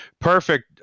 perfect